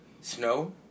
Snow